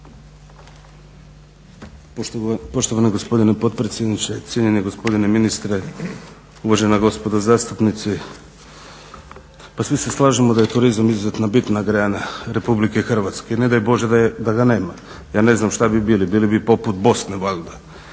Izvolite. **Kajin, Damir (Nezavisni)** Gospodine ministre, uvažena gospodo zastupnici. Pa svi se slažemo da je turizam izuzetno bitna grana RH i ne daj Bože da ga nema, ja ne znam šta bi bili, bili bi poput Bosne valjda.